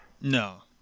No